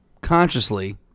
consciously